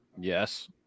Yes